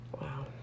wow